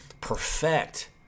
perfect